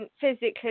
physically